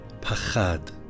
pachad